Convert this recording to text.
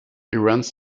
events